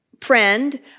friend